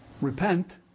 Repent